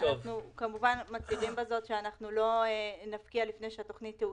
אנחנו כמובן מצהירים בזאת שאנחנו לא נפקיע לפני שהתוכנית תאושר.